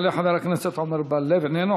יעלה חבר הכנסת עמר בר-לב, איננו.